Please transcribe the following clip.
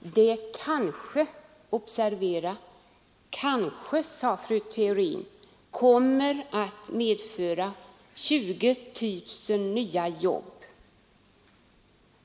Det kommer kanske — observera: kanske — sade fru Theorin, att medföra 20 000 nya jobb.